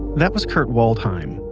that was kurt waldheim,